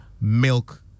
milk